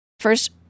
first